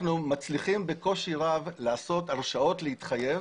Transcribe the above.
אנחנו מצליחים בקושי רב לעשות הרשאות להתחייב